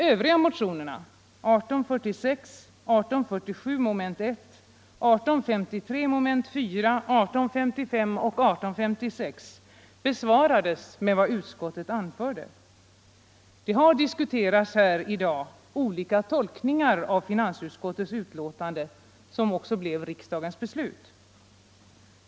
Övriga motioner 1846, 1847 mom. 1, 1853 mom. 4, 1855 och 1856 besvarades med vad utskottet anfört. Det har diskuterats här i dag olika tolkningar av finansutskottets betänkande som också blev riksdagens beslut.